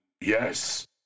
Yes